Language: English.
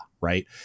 right